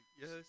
Yes